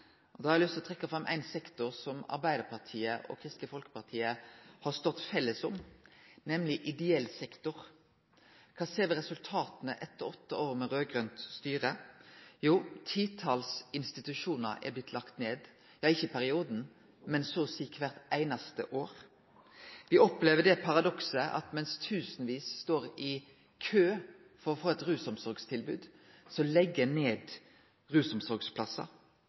har eg lyst til å trekke fram ein sektor som Arbeidarpartiet og Kristeleg Folkeparti har stått saman om, nemleg ideell sektor. Kva er resultata etter åtte år med raud-grønt styre? Jo, titals institusjonar er blitt lagde ned – ikkje i perioden, men så å seie kvart einaste år. Me opplever det paradokset at mens tusenvis står i kø for å få eit rusomsorgstilbod, legg ein ned rusomsorgsplassar